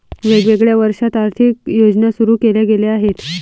वेगवेगळ्या वर्षांत आर्थिक योजना सुरू केल्या गेल्या आहेत